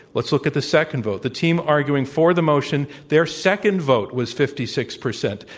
let's look at the second vote. the team arguing for the motion, their second vote was fifty six percent.